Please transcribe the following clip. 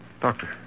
Doctor